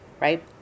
right